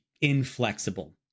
inflexible